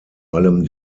allem